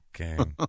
Okay